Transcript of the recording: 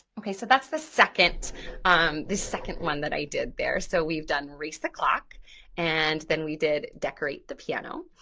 okay, so that's the second um the second one that i did there so we've done race the clock and then we did decorate the piano,